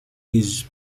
his